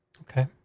Okay